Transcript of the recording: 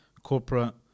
Corporate